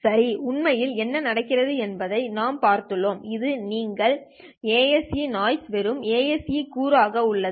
சரி உண்மையில் என்ன நடக்கிறது என்பதை நாம் பார்த்துள்ளோம் இது நீங்கள் ஏஎஸ்இ நாய்ஸ் வெறும் ஏஎஸ்இ கூறு ஆக உள்ளது